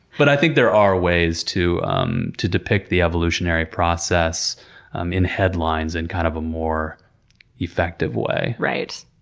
but i think there are ways to um to depict the evolutionary process um in headlines in kind of a more effective way. right?